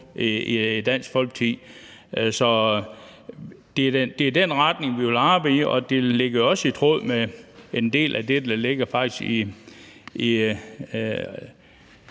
i Dansk Folkeparti. Det er den retning, vi vil arbejde i, og det ligger jo faktisk også i tråd med en del af det, der ligger i